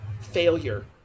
failure